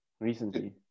recently